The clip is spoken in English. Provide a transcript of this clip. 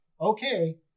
okay